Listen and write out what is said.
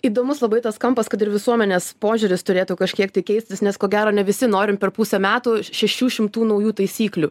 įdomus labai tas kampas kad ir visuomenės požiūris turėtų kažkiek tai keistis nes ko gero ne visi norim per pusę metų šešių šimtų naujų taisyklių